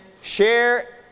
share